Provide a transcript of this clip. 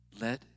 let